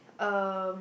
um